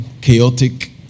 chaotic